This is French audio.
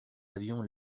avions